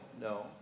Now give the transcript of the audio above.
no